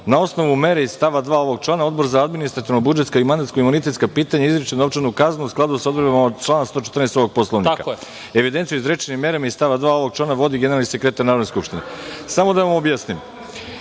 Na osnovu mere iz stava 2. ovog člana Odbor za administrativno-budžetska i mandatno-imunitetska pitanja izriče novčanu kaznu u skladu sa odredbama člana 114. ovog Poslovnika. Evidenciju o izrečenim merama iz stava 2. ovog člana vodi generalni sekretar Narodne skupštine.“Samo da vam objasnim